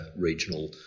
regional